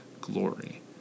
glory